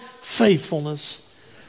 faithfulness